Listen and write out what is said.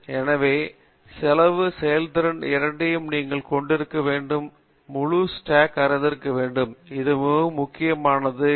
எனவே செலவு செயல்திறன் இரண்டையும் நீங்கள் கொண்டிருக்க வேண்டும் மேலும் முழு ஸ்டாக் அறிந்திருக்க வேண்டும் அது மிகவும் முக்கியமானது மற்றும் சாத்தியமானதாக இருக்க வேண்டும்